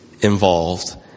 involved